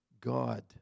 God